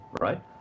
right